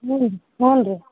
ಹ್ಞೂ ರೀ ಹ್ಞೂ ರೀ